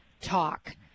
talk